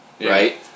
right